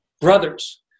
brothers